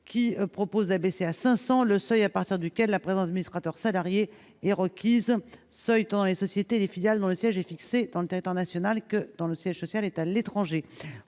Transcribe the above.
qui propose d'abaisser à 500 le seuil à partir duquel la présence, administrateur salarié est requise, seuil dans les sociétés filiales dont le siège est fixé tentait tant nationale que dans le siège social est à l'étranger,